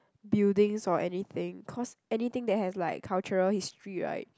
buildings or anything cause anything that has like cultural history right